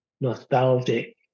nostalgic